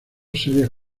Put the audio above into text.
serias